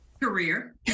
career